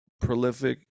prolific